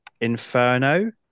Inferno